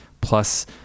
plus